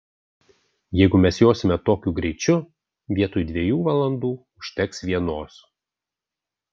jeigu mes josime tokiu greičiu vietoj dviejų valandų užteks vienos